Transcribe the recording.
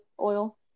oil